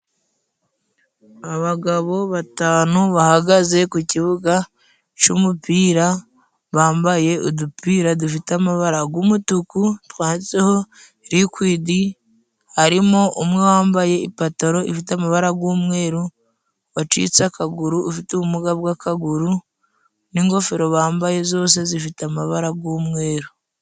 Abagabo batanu bahagaze ku kibuga c'umupira bambaye udupira dufite amabara g'umutuku twanditseho rikwidi, harimo umwe wambaye ipataro ifite amabara g'umweru wacitse akaguru, ufite ubumuga bw'akaguru ,n'ingofero bambaye zose zifite amabara g'umweru.